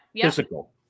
physical